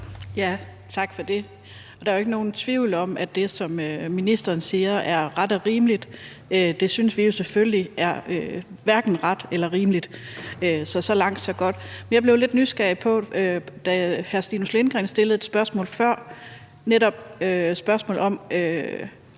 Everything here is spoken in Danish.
Tak for det. Der er jo ikke nogen tvivl om, at det, som ministeren siger er ret og rimeligt, synes vi jo selvfølgelig hverken er ret eller rimeligt. Så langt, så godt. Men jeg blev lidt nysgerrig, da hr. Stinus Lindgreen stillede et spørgsmål før, nemlig spørgsmålet om,